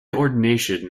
ordination